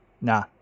Nah